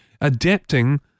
adapting